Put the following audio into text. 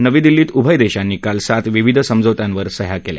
नवी दिल्लीत उभय देशांनी काल सात विविध समझोत्यांवर सह्या केल्या